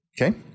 Okay